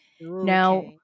Now